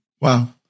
Wow